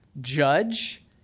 judge